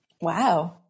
Wow